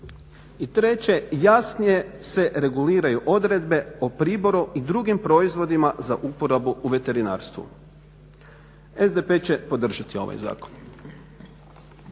I treće, jasnije se reguliraju odredbe o priboru i drugim proizvodima za uporabu u veterinarstvu. SDP će podržati ovaj zakon.